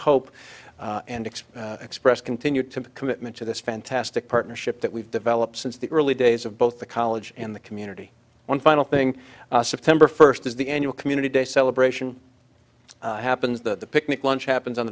expect express continued to commitment to this fantastic partnership that we've developed since the early days of both the college and the community one final thing september first is the annual community day celebration happens that the picnic lunch happens on